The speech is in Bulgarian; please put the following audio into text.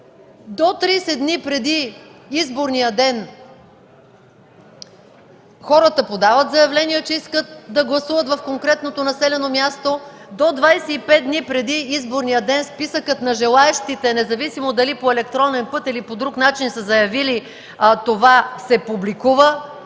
до 30 дни преди изборния ден хората подават заявление, че искат да гласуват в конкретното населено място, до 25 дни преди изборния ден списъкът на желаещите, независимо дали по електронен път или по друг начин са заявили това, се публикува,